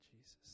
Jesus